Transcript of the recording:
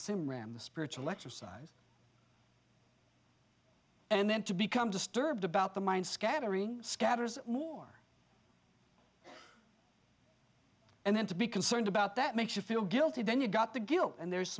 same ram the spiritual exercise and then to become disturbed about the mind scattering scatters more and then to be concerned about that makes you feel guilty then you got the guilt and there